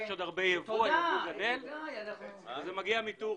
יש עוד הרבה ייבוא שמגיע מטורקיה.